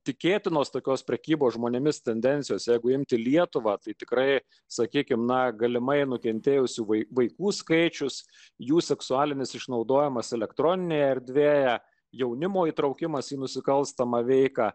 tikėtinos tokios prekybos žmonėmis tendencijos jeigu imti lietuvą tai tikrai sakykime na galimai nukentėjusių vaikų skaičius jų seksualinis išnaudojimas elektroninėje erdvėje jaunimo įtraukimas į nusikalstamą veiką